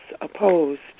opposed